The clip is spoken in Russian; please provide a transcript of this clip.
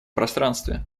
пространстве